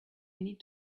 need